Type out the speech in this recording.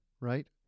right